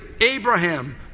Abraham